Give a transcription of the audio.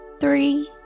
three